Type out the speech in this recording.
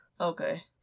Okay